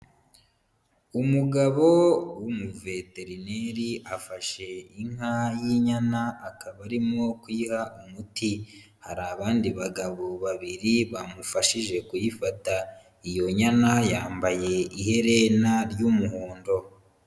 Umugabo w'umuveterineri afashe inka y'inyana akaba arimo kuyiha umuti. Hari abandi bagabo babiri bamufashije kuyifata. Iyo nyana yambaye iherena ry'umuhondo.